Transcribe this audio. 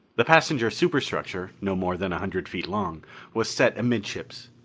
the passenger superstructure no more than a hundred feet long was set amidships.